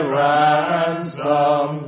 ransom